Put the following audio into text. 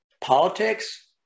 politics